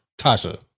Tasha